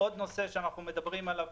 עוד נושא שאנחנו מדברים עליו,